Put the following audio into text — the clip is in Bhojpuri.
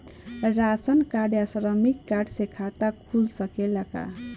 राशन कार्ड या श्रमिक कार्ड से खाता खुल सकेला का?